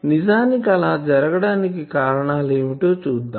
నిజానికి ఆలా జరగటానికి కారణాలు ఏమిటో చూద్దాం